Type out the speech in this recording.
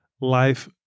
life